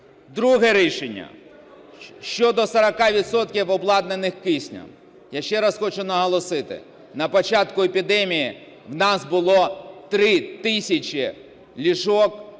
Друге: рішення щодо 40 відсотків обладнаних киснем. Я ще раз хочу наголосити, на початку епідемії в нас було 3 тисячі ліжок...